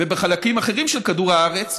ובחלקים אחרים של כדור הארץ,